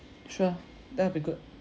sure that'll be good